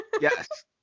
yes